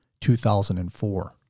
2004